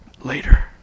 later